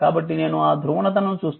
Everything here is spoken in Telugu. కాబట్టి నేను ఆ ధ్రువణతను చూస్తున్నాను